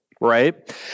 right